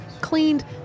cleaned